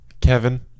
Kevin